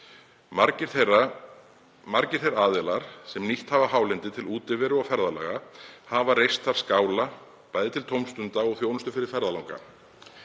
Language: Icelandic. umsögn þeirra. Margir þeir aðilar sem nýtt hafa hálendið til útiveru og ferðalaga hafa reist þar skála, bæði til tómstunda og þjónustu fyrir ferðalanga.